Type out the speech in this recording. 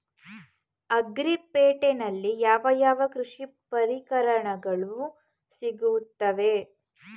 Agri ಪೇಟೆನಲ್ಲಿ ಯಾವ ಯಾವ ಕೃಷಿ ಪರಿಕರಗಳು ಸಿಗುತ್ತವೆ?